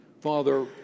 Father